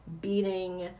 beating